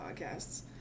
podcasts